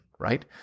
Right